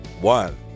One